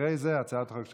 אחרי זה הצעת החוק שלך.